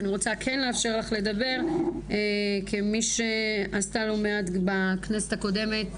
אני רוצה כן לאפשר לך לדבר כמי שעשתה לא מעט בכנסת הקודמת